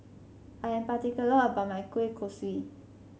I am particular about my Kueh Kosui